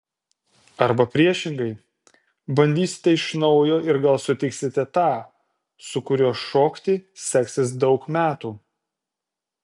arba priešingai bandysite iš naujo ir gal sutiksite tą su kuriuo šokti seksis daug metų